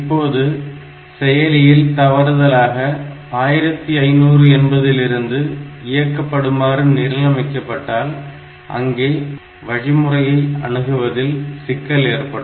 இப்போது செயலியில் தவறுதலாக 1500 என்பதிலிருந்து இயக்கப்படுமாறு நிரலமைக்கப்பட்டால் அங்கே வழிமுறையை அணுகுவதில் சிக்கல் ஏற்படும்